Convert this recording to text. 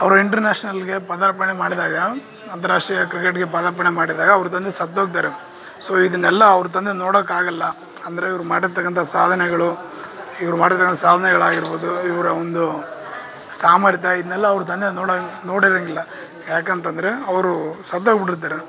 ಅವ್ರು ಇಂಟರ್ನ್ಯಾಷನಲ್ಗೆ ಪದಾರ್ಪಣೆ ಮಾಡಿದಾಗ ಅಂತಾರಾಷ್ಟ್ರೀಯ ಕ್ರಿಕೆಟ್ಗೆ ಪದಾರ್ಪಣೆ ಮಾಡಿದಾಗ ಅವ್ರ ತಂದೆ ಸತ್ತೋಗ್ತಾರೆ ಸೋ ಇದನೆಲ್ಲ ಅವ್ರ ತಂದೆ ನೋಡೋಕಾಗೊಲ್ಲ ಅಂದರೆ ಇವ್ರು ಮಾಡಿರ್ತಕ್ಕಂಥ ಸಾಧನೆಗಳು ಇವ್ರು ಮಾಡಿರೊ ಸಾಧನೆಗಳಾಗಿರ್ಬೌದು ಇವ್ರು ಒಂದು ಸಾಮರ್ಥ್ಯ ಇದನೆಲ್ಲಾ ಅವ್ರ ತಂದೆ ನೋಡೋಕ್ ನೋಡಿರೊಂಗಿಲ್ಲಾ ಯಾಕಂತಂದರೆ ಅವರು ಸತ್ತೋಗಿಬಿಟ್ಟಿರ್ತಾರೆ